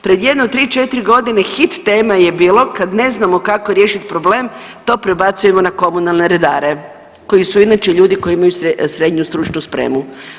Pred jedno 3-4 godine hit tema je bilo kad ne znamo kako riješiti problem to prebacujemo na komunalne redare koji su inače ljudi koji imaju srednju stručnu spremu.